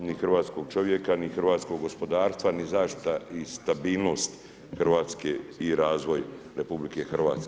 ni hrvatskog čovjeka ni hrvatskog gospodarstva ni zaštita i stabilnost Hrvatske i razvoj RH.